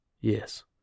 Yes